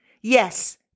Yes